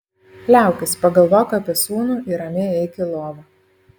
liaukis pagalvok apie sūnų ir ramiai eik į lovą